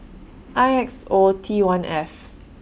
I X O T one F